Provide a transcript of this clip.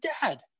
dad